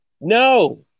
No